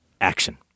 action